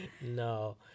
No